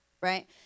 right